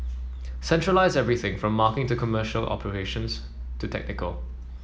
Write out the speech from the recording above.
centralise everything from market to commercial operations to technical